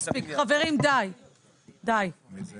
בסעיף 1